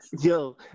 Yo